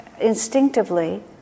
instinctively